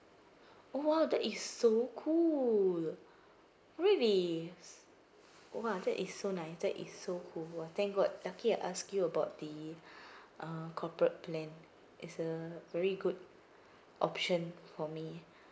oh !wow! that is so cool really s~ !wah! that is so nice that is so cool !wah! thank god lucky I asked you about the uh corporate plan it's a very good option for me